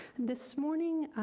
this morning,